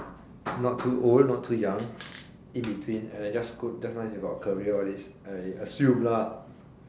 not too old not too young in between and then just nice you got career all this assume lah